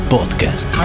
Podcast